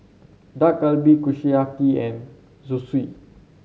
Dak Galbi Kushiyaki and Zosui